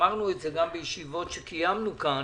אמרנו את זה גם בישיבות שקיימנו כאן